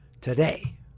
today